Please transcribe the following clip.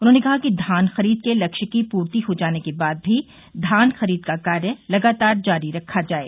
उन्होंने कहा कि धान खरीद के लक्ष्य की पूर्ति हो जाने के बाद भी धान खरीद का कार्य लगातार जारी रखा जाये